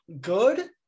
good